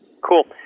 Cool